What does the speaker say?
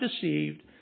deceived